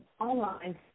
online